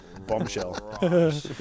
Bombshell